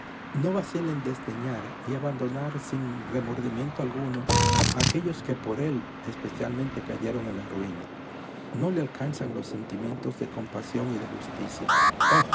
no vacila en desdeñar y abandonar sin remordimiento alguno a aquellos que por él especialmente cayeron en la ruina no le alcanzan los sentimientos de compasión y de justicia